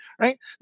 right